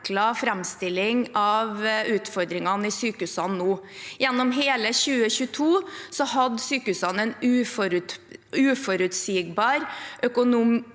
framstilling av utfordringene i sykehusene nå. Gjennom hele 2022 hadde sykehusene en uforutsigbar økonomisk